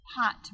hot